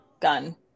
gun